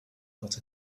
got